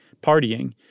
partying